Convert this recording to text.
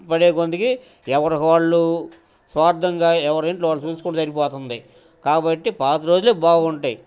పడే కొద్ది ఎవరికి వాళ్ళు స్వార్థంగా ఎవరి ఇంట్లో వాళ్ళు చూసుకుంటే సరిపోతుంది కాబట్టి పాత రోజులే బాగుంటాయి